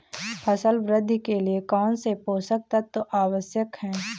फसल वृद्धि के लिए कौनसे पोषक तत्व आवश्यक हैं?